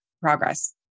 progress